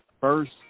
first